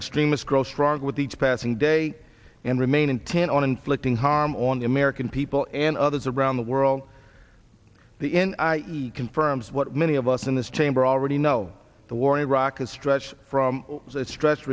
extremists grow stronger with each passing day and remain intent on inflicting harm on the american people and others around the world the end confirms what many of us in this chamber already know the war in iraq has stretched from stress